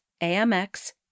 AMX